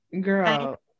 girl